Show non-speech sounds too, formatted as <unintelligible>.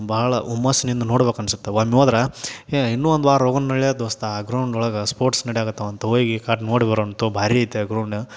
ಭಾಳ ಹುಮ್ಮಸ್ಸಿನಿಂದ ನೋಡ್ಬೇಕನ್ಸುತ್ತ ಒಮ್ಮೆ ಹೋದ್ರೆ ಏಯ್ ಇನ್ನೂ ಒಂದು ವಾರ ಹೋಗೋಣ ನಡಿಲೇ ದೋಸ್ತ ಆ ಗ್ರೌಂಡೊಳಗೆ ಸ್ಪೋರ್ಟ್ಸ್ ನಡ್ಯಾಕತ್ತಿವ್ ಅಂತ ಹೋಗಿ <unintelligible> ನೋಡಿ ಬರೋಣ ತೊಗೋ ಭಾರೀ ಐತೆ ಆ ಗ್ರೌಂಡ